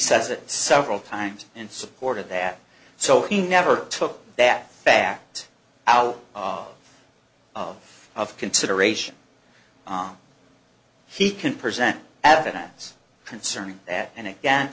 says it several times in support of that so he never took that fact out of of consideration he can present evidence concerning that and again